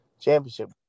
championship